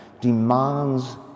demands